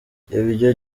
ibyo